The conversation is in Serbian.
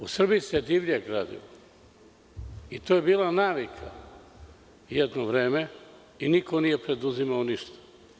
U Srbiji se divlje gradi i to je bila navika jedno vreme i niko nije preduzimao ništa.